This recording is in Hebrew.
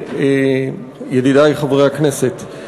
ידידי חברי הכנסת,